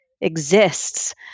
exists